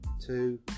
two